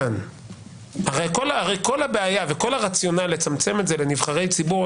הרי כל הבעיה וכל הרציונל לצמצם את זה לנבחרי ציבור,